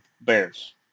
Bears